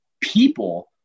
people